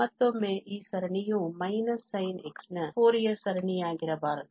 ಮತ್ತೊಮ್ಮೆ ಈ ಸರಣಿಯು −sin x ನ ಫೋರಿಯರ್ ಸರಣಿಯಾಗಿರಬಾರದು